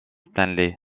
stanley